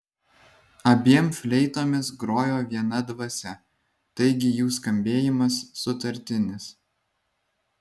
abiem fleitomis grojo viena dvasia taigi jų skambėjimas sutartinis